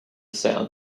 sound